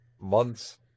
months